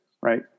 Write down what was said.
right